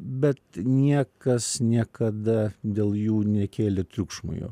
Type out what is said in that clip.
bet niekas niekada dėl jų nekėlė triukšmo jo